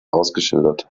ausgeschildert